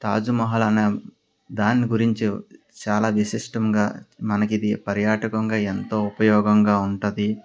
తాజ్మహల్ అనే దాని గురించి చాలా విశిష్టంగా మనకిది పర్యాటకంగా ఎంతో ఉపయోగంగా ఉంటుంది